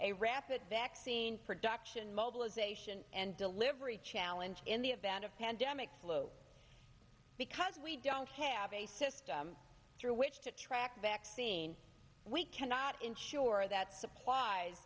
a rapid vaccine production mobilization and delivery challenge in the event of pandemic flu because we don't have a system through which to track vaccine we cannot ensure that supplies